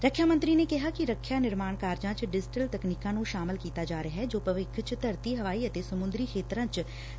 ਰੱਖਿਆ ਮੰਤਰੀ ਨੇ ਕਿਹਾ ਕਿ ਰੱਖਿਆ ਨਿਰਮਾਣ ਕਾਰਜਾਂ ਚ ਡਿਜੀਟਲ ਤਕਨੀਕਾਂ ਨੂੰ ਸ਼ਾਮਲ ਕੀਤਾ ਜਾ ਰਿਹੈ ਜੋ ਭਵਿੱਖ ਚ ਧਰਤੀ ਹਵਾਈ ਅਤੇ ਸਮੁੰਦਰੀ ਖੇਤਰਾਂ ਚ ਰਖਿਆ ਦਾ ਆਧਾਰ ਐ